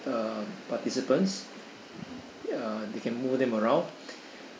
uh participants uh they can move them around